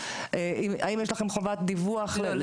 לא,